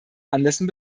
anlässen